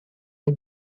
les